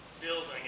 building